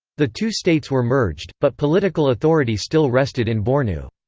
the two states were merged, but political authority still rested in bornu.